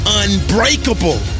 unbreakable